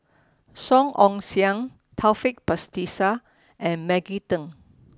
Song Ong Siang Taufik Batisah and Maggie Teng